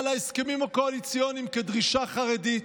להסכמים הקואליציוניים כדרישה חרדית.